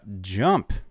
Jump